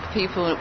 people